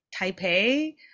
taipei